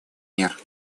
мер